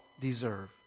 deserve